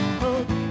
hope